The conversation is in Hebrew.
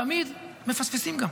תמיד מפספסים גם.